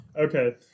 Okay